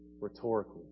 rhetorically